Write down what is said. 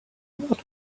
what